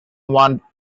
one